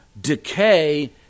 decay